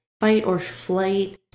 fight-or-flight